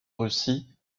russie